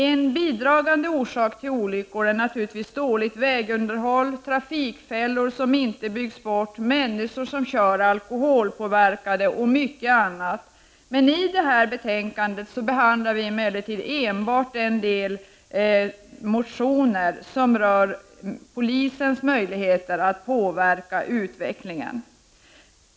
En bidragande orsak till olyckor är naturligtvis dåligt vägunderhåll, trafikfällor som inte byggs bort, människor som kör alkoholpåverkade och mycket annat. I det här betänkandet behandlar vi emellertid enbart de motioner som rör polisens möjligheter att påverka utvecklingen.